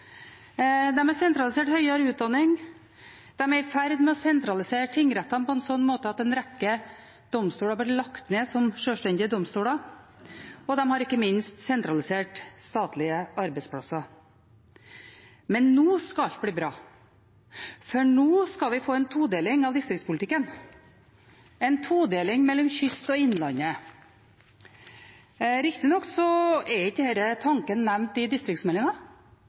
sentralisert høyere utdanning, de er i ferd med å sentralisere tingrettene på en slik måte at en rekke domstoler har blitt lagt ned som sjølstendige domstoler, og de har ikke minst sentralisert statlige arbeidsplasser. Men nå skal alt bli bra, for nå skal vi få en todeling av distriktspolitikken – en todeling mellom kyst og innland. Riktignok er ikke denne tanken nevnt i